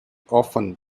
often